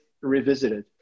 Revisited